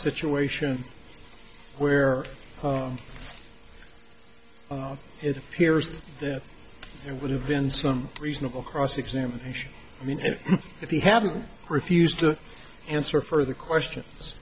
situation where it appears that there would have been some reasonable cross examination i mean if he hadn't refused to answer further questions